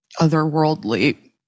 otherworldly